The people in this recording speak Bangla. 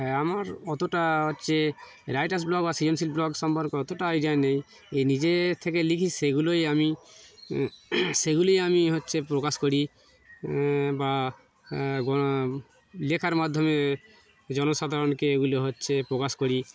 হ্যাঁ আমার অতটা হচ্ছে রাইটার্স ব্লক বা সি এম সি ব্লক সম্পর্কে অতটা আইডিয়া নেই এই নিজে থেকে লিখি সেগুলোই আমি সেগুলিই আমি হচ্ছে প্রকাশ করি বা লেখার মাধ্যমে জনসাধারণকে এগুলি হচ্ছে প্রকাশ করি